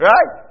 Right